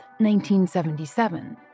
1977